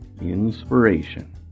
INSPIRATION